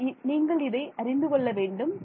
ஆனால் நீங்கள் இதை அறிந்து கொள்ள வேண்டும்